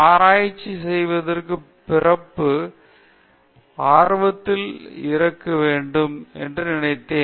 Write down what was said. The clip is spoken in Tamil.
ஆராய்ச்சி செய்வதற்கு பிறப்பு ஆர்வத்தில் இருக்க வேண்டும் என்று நினைத்தேன்